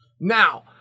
Now